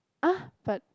!huh! but